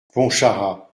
pontcharrat